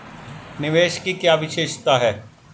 निवेश की क्या विशेषता है?